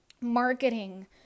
Marketing